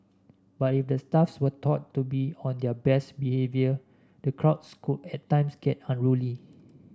but if the staffs were taught to be on their best behaviour the crowds could at times get unruly